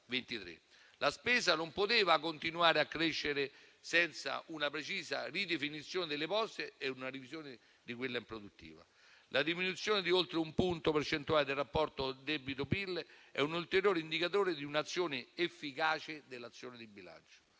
La spesa non poteva continuare a crescere senza una precisa ridefinizione delle poste e una revisione di quella improduttiva. La diminuzione di oltre un punto percentuale del rapporto debito-PIL è un ulteriore indicatore di un'azione efficace dell'azione di bilancio.